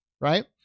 right